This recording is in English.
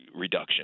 reduction